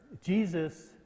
Jesus